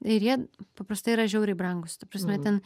ir jie paprastai yra žiauriai brangūs ta prasme ten